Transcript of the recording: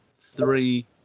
three